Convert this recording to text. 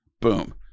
boom